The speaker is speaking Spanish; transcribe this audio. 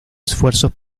esfuerzos